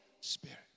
Spirit